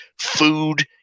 food